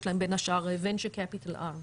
יש להם בין השאר venture capital R,